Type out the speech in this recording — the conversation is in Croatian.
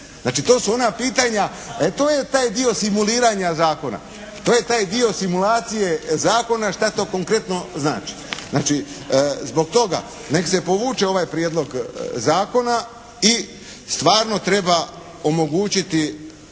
Znači to su ona pitanja, to je taj dio simuliranja zakona. To je taj dio simulacije zakona šta to konkretno znači. Znači zbog toga nek se povuče ovaj prijedlog zakona. I stvarno treba omogućiti